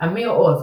אמיר עוז,